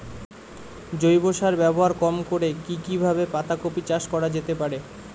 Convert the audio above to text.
জৈব সার ব্যবহার কম করে কি কিভাবে পাতা কপি চাষ করা যেতে পারে?